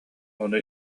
ону